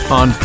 on